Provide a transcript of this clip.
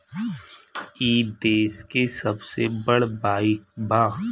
ई देस के सबसे बड़ बईक बा